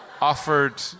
offered